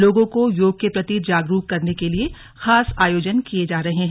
लोगों को योग के प्रति जागरूक करने के लिए खास आयोजन किये जा रहे हैं